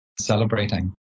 celebrating